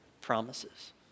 promises